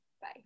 Bye